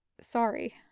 Sorry